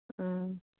ꯎꯝ